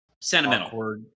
sentimental